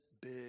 big